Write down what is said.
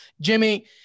Jimmy